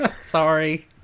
Sorry